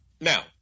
Now